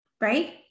right